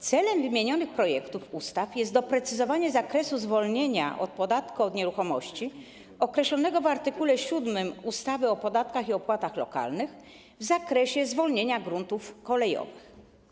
Celem wymienionych projektów ustaw jest doprecyzowanie zakresu zwolnienia od podatku od nieruchomości określonego w art. 7 ustawy o podatkach i opłatach lokalnych w obszarze zwolnienia gruntów kolejowych.